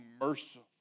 merciful